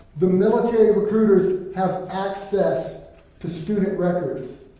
the military recruiters have access to student records